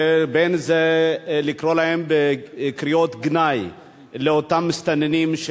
ובין זה לבין לקרוא קריאות גנאי לאותם מסתננים,